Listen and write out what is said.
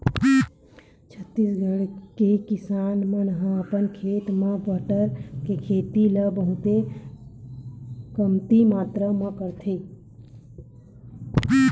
छत्तीसगढ़ के किसान मन ह अपन खेत म बटरा के खेती ल बहुते कमती मातरा म करथे